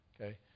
okay